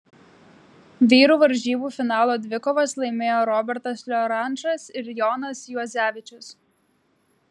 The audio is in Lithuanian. vyrų varžybų finalo dvikovas laimėjo robertas liorančas ir jonas juozevičius